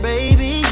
Baby